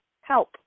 Help